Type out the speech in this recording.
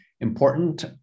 important